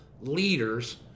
leaders